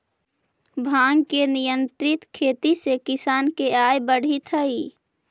भाँग के नियंत्रित खेती से किसान के आय बढ़ित हइ